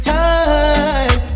time